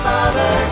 Father